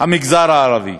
המגזר הערבי.